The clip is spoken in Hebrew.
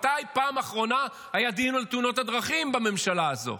מתי בפעם האחרונה היה דיון על תאונות הדרכים בממשלה הזו?